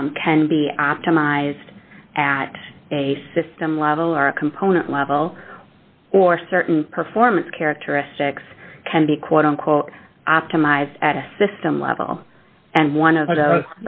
efficiency can be optimized at a system level or a component level or certain performance characteristics can be quote unquote optimized at a system level and one of those